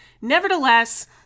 Nevertheless